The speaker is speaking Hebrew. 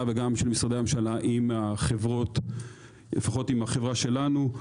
ושל משרדי הממשלה עם החברות; לפחות עם החברה שלנו.